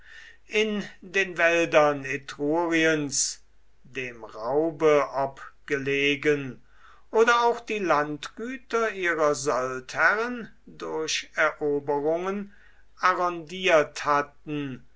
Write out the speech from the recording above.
in den wäldern etruriens dem raube obgelegen oder auch die landgüter ihrer soldherren durch eroberungen arrondiert hatten